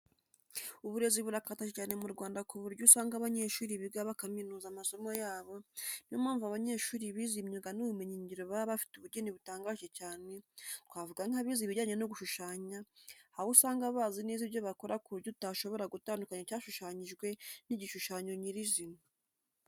Uburezi burakataje cyane mu Rwanda ku buryo usanga abanyeshuri biga bakaminuza amasomo yabo, ni yo mpamvu abanyeshuri bize imyuga n'ubumenyingiro baba bafite ubugeni butangaje cyane twavuga nk'abize ibijyanye no gushushanya, aho usanga bazi neza ibyo bakora ku buryo utashobora gutandukanya icyashushanyijwe n'igishushanyo nyir'izina.